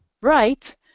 right